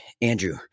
Andrew